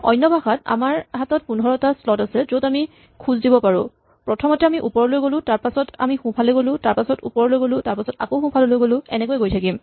অন্যভাষাত আমাৰ হাতত ১৫ টা স্লট আছে য'ত আমি খোজ দিব পাৰো প্ৰথমে আমি ওপৰলৈ গ'লো তাৰপাছত আমি সোঁফালে গ'লো তাৰপাছত ওপৰলৈ গ'লো তাৰপাছত আকৌ ওপৰলৈ গ'লো এনেকৈয়ে গৈ থাকিম